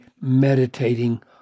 meditating